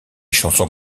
chansons